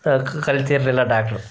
ಕ್ ಕಲಿತಿರಲಿಲ್ಲ